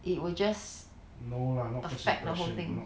it will just affect the whole thing